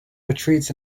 retreats